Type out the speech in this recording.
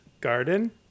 garden